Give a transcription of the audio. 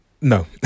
No